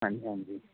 ਹਾਂਜੀ ਹਾਂਜੀ